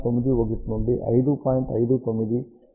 59 GHz కి తగ్గుతుంది